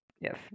Yes